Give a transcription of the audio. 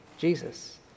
Jesus